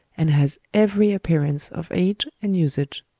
and has every appearance of age and usage.